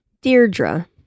Deirdre